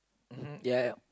mmhmm yeah yup